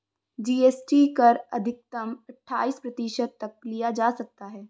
GST कर अधिकतम अठाइस प्रतिशत तक लिया जा सकता है